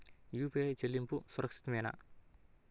UPI చెల్లింపు సురక్షితమేనా?